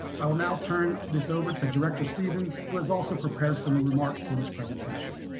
i will now turn this over to director stevens who has also prepared some ah remarks for this presentation.